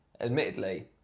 admittedly